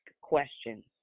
questions